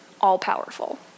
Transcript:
all-powerful